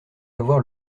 avoir